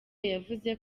yavuze